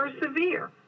persevere